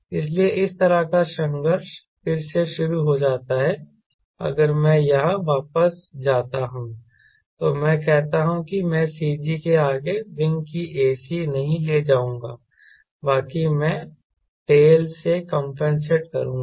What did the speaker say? इसलिए इस तरह का संघर्ष फिर से शुरू हो जाता है अगर मैं यहां वापस जाता हूं तो मैं कहता हूं कि मैं CG के आगे विंग की ac नहीं ले जाऊंगा बाकी मैं टेल से कंपनसेट करूंगा